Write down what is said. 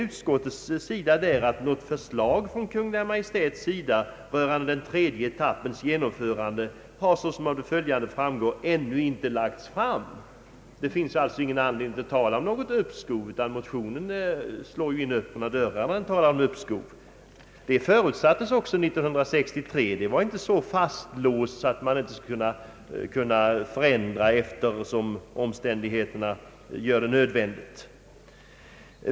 Utskottet skriver: »Något förslag från Kungl. Maj:ts sida rörande den tredje etappens genomförande har såsom av det följande framgår ännu inte lagts fram.» Det finns alltså ingen anledning att tala om uppskov nu. Det förutsattes också år 1963 att förändringar skulle kunna vidtagas allteftersom omständigheterna gör det nödvändigt.